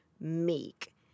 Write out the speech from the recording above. meek